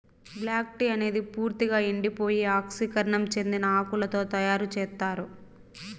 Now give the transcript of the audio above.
black tea అనేది పూర్తిక ఎండిపోయి ఆక్సీకరణం చెందిన ఆకులతో తయారు చేత్తారు